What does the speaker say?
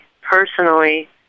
personally